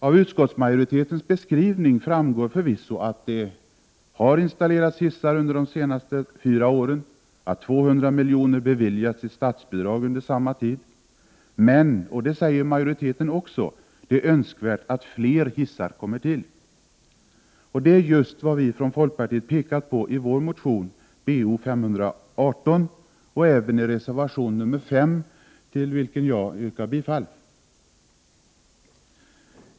Av utskottsmajoritetens skrivning framgår förvisso att det harinstallerats hissar under de senaste fyra åren och att 200 milj.kr. beviljats i statsbidrag under samma tid. Men majoriteten säger också att det är önskvärt att fler hissar kommer att installeras. Detta är just vad vi i folkpartiet pekat på i vår motion Bo518 och även i reservation 5, till vilken jag yrkar bifall.